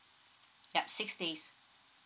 yup six days